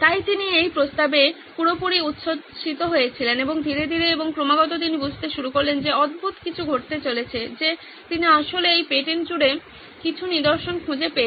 তাই তিনি এই প্রস্তাবে পুরোপুরি উচ্ছ্বসিত হয়েছিলেন এবং ধীরে ধীরে এবং ক্রমাগত তিনি বুঝতে শুরু করলেন যে অদ্ভুত কিছু ঘটতে চলেছে যে তিনি আসলে এই পেটেন্ট জুড়ে কিছু নিদর্শন খুঁজে পেয়েছেন